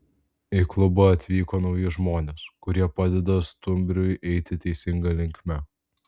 į klubą atvyko nauji žmonės kurie padeda stumbrui eiti teisinga linkme